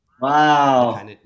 Wow